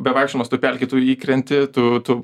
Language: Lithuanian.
bevaikščiodamas toj pelkėj tu įkrenti tu tu